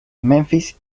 memphis